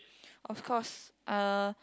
of course uh